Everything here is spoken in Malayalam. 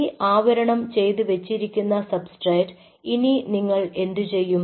ഈ ആവരണം ചെയ്തു വെച്ചിരിക്കുന്ന സബ്സ്ട്രാറ്റ് ഇനി നിങ്ങൾ എന്തു ചെയ്യും